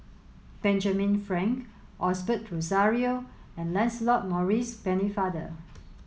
Benjamin Frank Osbert Rozario and Lancelot Maurice Pennefather